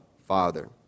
Father